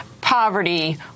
poverty